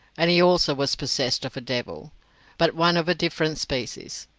and he also was possessed of a devil but one of a different species.